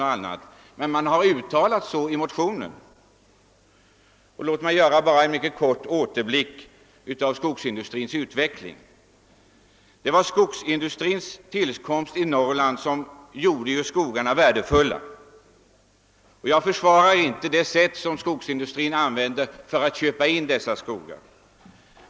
Men i motionerna har man skrivit så som jag citerat det. Låt mig göra en mycket kort återblick på skogsindustrins utveckling. Det var skogsindustrins tillkomst i Norrland som gjorde skogarna där värdefulla. Jag försvarar inte det sätt på vilket skogsindustrin köpte in dessa skogar.